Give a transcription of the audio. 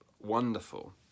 wonderful